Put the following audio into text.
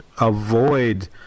avoid